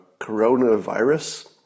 coronavirus